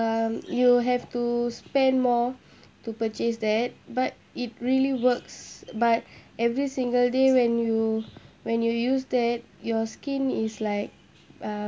um you have to spend more to purchase that but it really works but every single day when you when you use that your skin is like uh